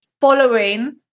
following